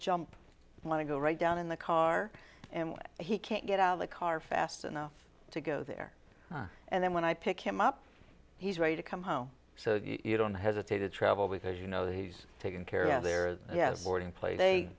jump i want to go right down in the car and he can't get out of the car fast enough to go there and then when i pick him up he's ready to come home so you don't hesitate to travel because you know that he's taken care of there yes already in place a they